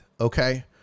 okay